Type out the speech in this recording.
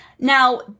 Now